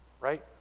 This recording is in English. right